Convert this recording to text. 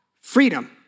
Freedom